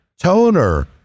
toner